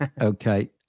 Okay